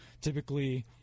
typically